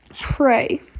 pray